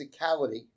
physicality